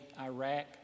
Iraq